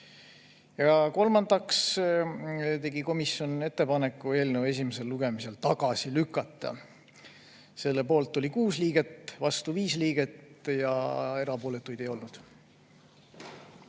Ja kolmandaks tegi komisjon ettepaneku eelnõu esimesel lugemisel tagasi lükata. Selle poolt oli 6 liiget, vastu 5 liiget ja erapooletuid ei olnud.